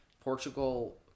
Portugal